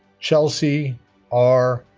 chelsea r.